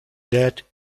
that